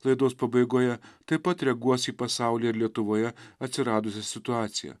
laidos pabaigoje taip pat reaguos į pasaulį ir lietuvoje atsiradusią situaciją